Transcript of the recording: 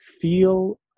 feel